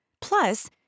Plus